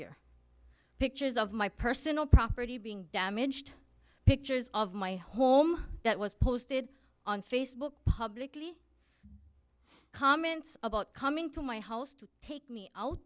year pictures of my personal property being damaged pictures of my home that was posted on facebook publicly comments about coming to my house to take me out